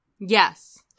Yes